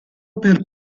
per